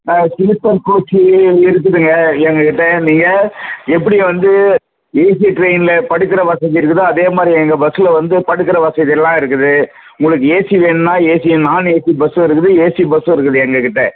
ஆ sleeper coach இருக்குதுங்க எங்கள்கிட்ட நீங்கள் எப்படி வந்து ஏசி ட்ரெயினில் படுக்கிற வசதி இருக்குதோ அதே மாதிரி எங்கள் பஸ்ஸில் வந்து படுக்கிற வசதி எல்லாம் இருக்குது உங்களுக்கு ஏசி வேண்ணா ஏசி நான் ஏசி பஸ்ஸும் இருக்குது ஏசி பஸ்ஸும் இருக்குது எங்கள்கிட்ட